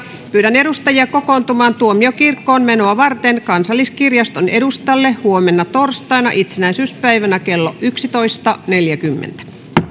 pyydän edustajia kokoontumaan tuomiokirkkoon menoa varten kansalliskirjaston edustalle huomenna torstaina itsenäisyyspäivänä kello yksitoista neljäkymmentä